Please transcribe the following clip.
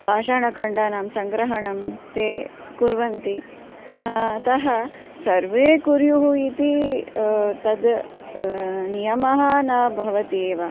पाषाणखण्डानां सङ्ग्रहणं ते कुर्वन्ति अतः सर्वे कुर्युः इति तत् नियमः न भवति एव